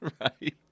Right